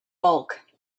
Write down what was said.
bulk